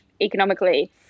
economically